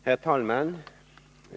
Herr talman!